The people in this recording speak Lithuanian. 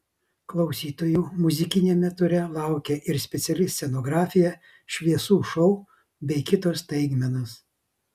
klausytojų muzikiniame ture laukia ir speciali scenografija šviesų šou bei kitos staigmenos